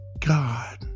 God